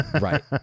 Right